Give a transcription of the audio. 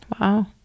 Wow